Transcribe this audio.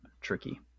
tricky